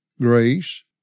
grace